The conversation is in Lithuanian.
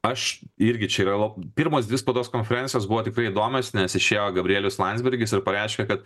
aš irgi čia yra la pirmos dvi spaudos konferencijos buvo tikrai įdomios nes išėjo gabrielius landsbergis ir pareiškė kad